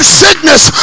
sickness